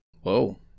Whoa